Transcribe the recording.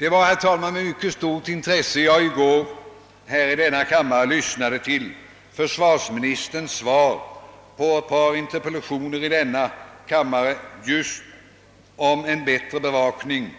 Det var därför med mycket stort intresse som jag i går lyssnade till försvarsministerns svar på ett par interpellationer i denna kammare om en bättre bevakning